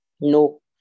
No